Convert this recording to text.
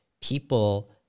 people